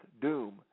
doom